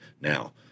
Now